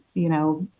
you know,